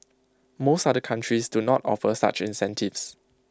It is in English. most other countries do not offer such incentives